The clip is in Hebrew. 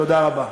תודה רבה.